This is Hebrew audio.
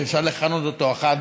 שאפשר לכנות אותו אחת